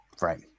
right